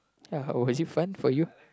ya was it fun for you